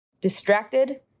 distracted